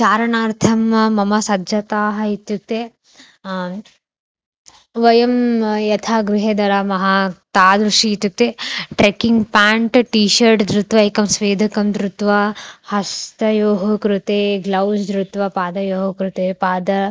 चारणार्थं मम सज्जता इत्युक्ते वयं यथा गृहे धरामः तादृशी इत्युक्ते ट्रेकिङ्ग् पेण्ट् टी शर्ट् धृत्वा एकं स्वेदकं धृत्वा हस्तयोः कृते ग्लौस् धृत्वा पादयोः कृते पाद